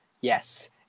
yes